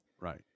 Right